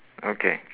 okay